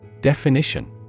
Definition